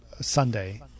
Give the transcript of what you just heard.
Sunday